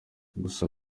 gusa